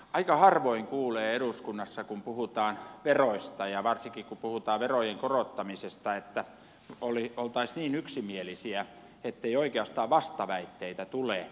aika harvoin kuulee eduskunnassa kun puhutaan veroista ja varsinkin kun puhutaan verojen korottamisesta että oltaisiin niin yksimielisiä ettei oikeastaan vastaväitteitä tule